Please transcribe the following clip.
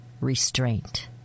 restraint